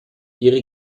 ihre